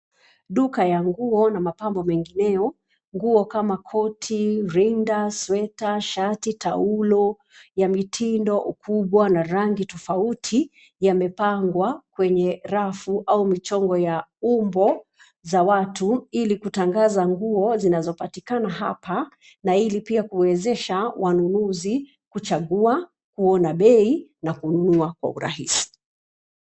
Duka ya nguo na mapambo mengineo. Nguo kama koti, rinda, sweta, shati, taulo ya mitindo, ukubwa na rangi tofauti yamepangwa kwenye rafu au michongo ya umbo za watu ili kutangaza nguo zinazopatikana hapa na ili pia kuwezesha wanunuzi kuchagua nguo na bei na kununua kwa urahisi.